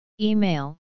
Email